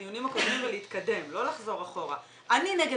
אם אני יכולה לשאול אותך משהו, איפה את